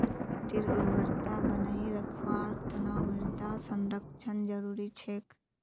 मिट्टीर उर्वरता बनई रखवार तना मृदा संरक्षण जरुरी छेक